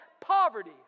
poverty